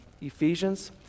Ephesians